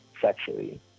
sexually